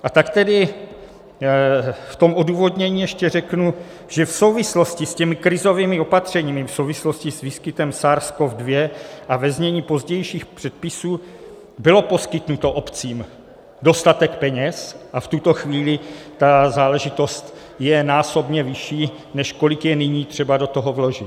A tak tedy v tom odůvodnění ještě řeknu, že v souvislosti s těmi krizovými opatřeními, v souvislosti s výskytem SARSCoV2, a ve znění pozdějších předpisů, bylo poskytnuto obcím dostatek peněz a v tuto chvíli ta záležitost je násobně vyšší, než kolik je nyní třeba do toho vložit.